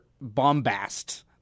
bombast